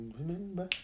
remember